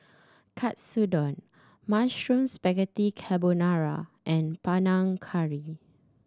Katsudon Mushroom Spaghetti Carbonara and Panang Curry